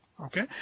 Okay